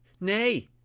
Nay